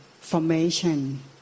formation